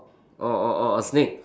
or or or a snake